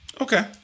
Okay